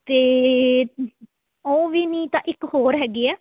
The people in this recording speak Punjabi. ਅਤੇ ਉਹ ਵੀ ਨਹੀਂ ਤਾਂ ਇੱਕ ਹੋਰ ਹੈਗੇ ਹੈ